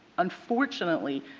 unfortunately,